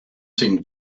seemed